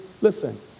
Listen